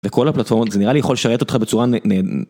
בכל הפלטפורמות זה נראה לי יכול לשרת אותך בצורה נה.. נהד..